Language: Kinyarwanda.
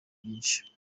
byinshi